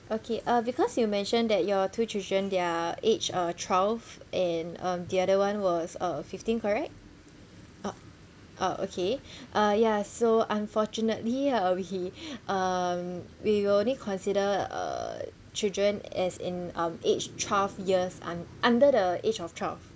okay uh because you mentioned that your two children their age uh twelve and um the other one was uh fifteen correct ah ah okay uh ya so unfortunately uh we um we will only consider uh children as in um age twelve years un~ under the age of twelve